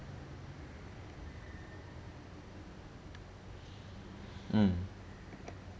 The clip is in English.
mm